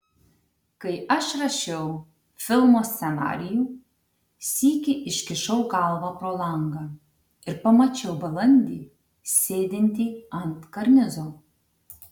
kai aš rašiau filmo scenarijų sykį iškišau galvą pro langą ir pamačiau balandį sėdintį ant karnizo